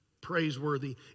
praiseworthy